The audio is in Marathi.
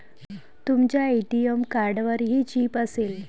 तुमच्या ए.टी.एम कार्डवरही चिप असेल